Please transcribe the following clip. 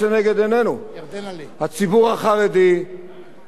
בציבור החרדי בשנת 2007,